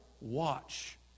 watch